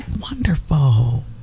Wonderful